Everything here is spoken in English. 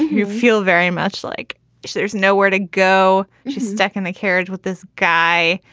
you feel very much like there's nowhere to go. she's stuck in the carriage with this guy.